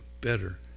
better